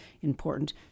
important